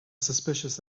suspicious